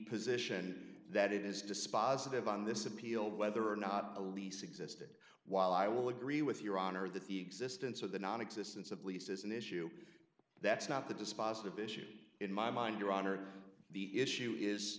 position that it is dispositive on this appeal whether or not the lease existed while i will agree with your honor that the existence or the nonexistence of lease is an issue that's not the dispositive issue in my mind your honor the issue is